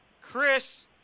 Chris